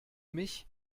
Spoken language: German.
mich